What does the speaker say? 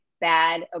bad